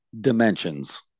dimensions